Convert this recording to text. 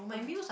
what